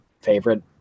favorite